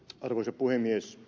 arvoisa puhemies